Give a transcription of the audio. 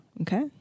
Okay